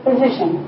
Position